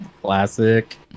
Classic